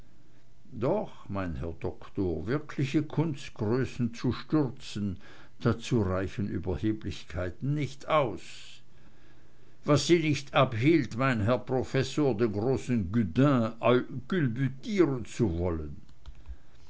doch mein herr doktor wirkliche kunstgrößen zu stürzen dazu reichen überheblichkeiten nicht aus was sie nicht abhielt mein herr professor den großen gudin culbütieren zu wollen